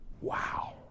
Wow